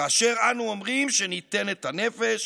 כאשר אנו אומרים שניתן את הנפש,